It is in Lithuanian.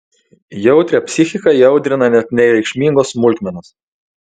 jautrią psichiką įaudrina net nereikšmingos smulkmenos